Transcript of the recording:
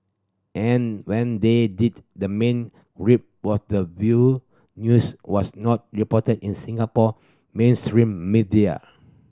and when they did the main gripe was the view news was not reported in Singapore mainstream media